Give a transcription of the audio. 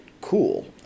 cool